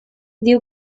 diu